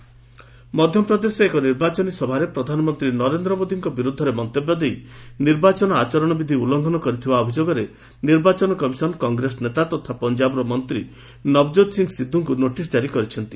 EC ସିଧ୍ନ ମଧ୍ୟପ୍ରଦେଶରେ ଏକ ନିର୍ବାଚନୀ ସଭାରେ ପ୍ରଧାନମନ୍ତ୍ରୀ ନରେନ୍ଦ୍ର ମୋଦିଙ୍କ ବିରୋଧରେ ମନ୍ତବ୍ୟ ଦେଇ ନିର୍ବାଚନ ଆଚରଣ ବିଧି ଉଲ୍କଙ୍ଘନ କରିଥିବା ଅଭିଯୋଗରେ ନିର୍ବାଚନ କମିଶନ୍ କଂଗ୍ରେସ ନେତା ତଥା ପଞ୍ଜାବର ମନ୍ତ୍ରୀ ନବଜୋତ୍ ସିଂ ସିଧୁଙ୍କୁ ନୋଟିସ୍ ଜାରି କରିଛନ୍ତି